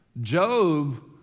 Job